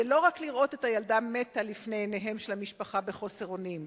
זה לא רק לראות את הילדה מתה לפני עיניהם של המשפחה בחוסר אונים,